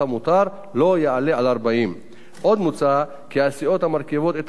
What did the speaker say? לא יעלה על 40. עוד מוצע כי הסיעות המרכיבות את הרשימה